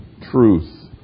truth